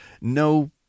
No